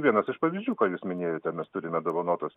vienas iš pavyzdžių ką jūs minėjote mes turime dovanotas